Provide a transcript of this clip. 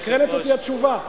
מסקרנת אותי התשובה.